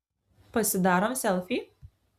pasidarom selfį